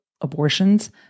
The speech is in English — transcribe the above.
abortions